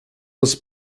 was